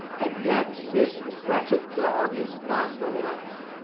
and yet this wretched dog is none the worse.